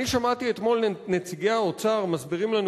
אני שמעתי אתמול את נציגי האוצר מסבירים לנו